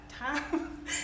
time